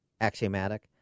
axiomatic